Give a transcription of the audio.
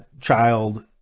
child